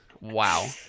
Wow